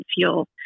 feel